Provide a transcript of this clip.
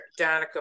Danica